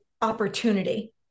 opportunity